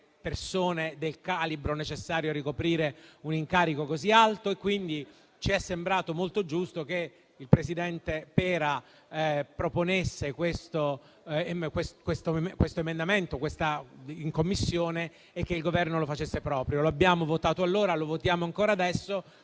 persone del calibro necessario a ricoprire un incarico così alto. E, quindi, ci è sembrato molto giusto che il presidente Pera proponesse questo emendamento in Commissione e che il Governo lo facesse proprio. Lo abbiamo votato allora e lo votiamo anche adesso.